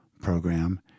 program